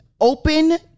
open